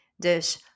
Dus